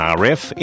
rf